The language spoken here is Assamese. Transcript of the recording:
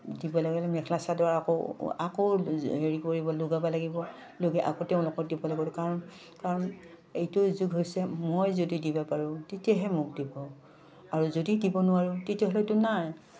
দিব লাগে মেখেলা চাদৰ আকৌ আকৌ হেৰি কৰিব লগাব লাগিব লগে আকৌ তেওঁলোকক দিব লাগিব কাৰণ কাৰণ এইটো যুগ হৈছে মই যদি দিব পাৰোঁ তেতিয়াহে মোক দিব আৰু যদি দিব নোৱাৰোঁ তেতিয়াহ'লেতো নাই